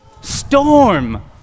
storm